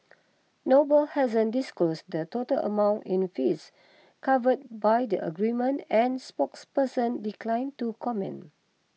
noble hasn't disclosed the total amount in fees covered by the agreement and spokesperson declined to comment